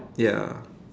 ya